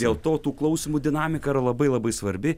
dėl to tų klausymų dinamika yra labai labai svarbi